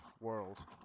world